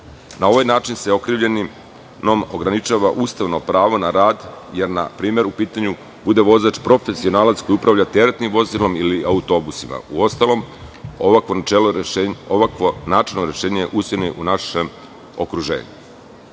Na ovaj način se okrivljenom ograničava ustavno pravo na rad, jer npr. bude vozač profesionalac koji upravlja teretnim vozilom ili autobusima. Uostalom, ovakvo načelno rešenje je u istinu našem okruženju. Članom